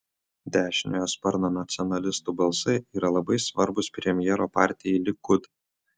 dešiniojo sparno nacionalistų balsai yra labai svarbūs premjero partijai likud